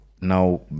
now